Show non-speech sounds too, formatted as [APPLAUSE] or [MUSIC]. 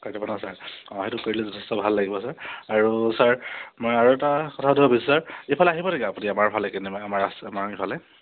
[UNINTELLIGIBLE] sir অঁ সেইটো কৰিলে যথেষ্ট ভাল লাগিব ছাৰ আৰু ছাৰ মই আৰু এটা কথাটো ভাবিছোঁ ছাৰ এইফালে আহিব নেকি আপুনি আমাৰফালে [UNINTELLIGIBLE] আমাৰ [UNINTELLIGIBLE] আমাৰ ইফালে